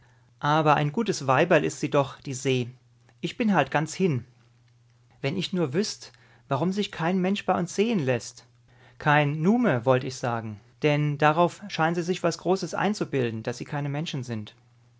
aber ein gutes weiberl ist sie doch die se ich bin halt ganz hin wenn ich nur wüßt warum sich kein mensch bei uns sehen läßt kein nume wollt ich sagen denn darauf scheinen sie sich was großes einzubilden daß sie keine menschen sind